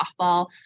softball